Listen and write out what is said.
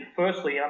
firstly